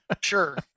Sure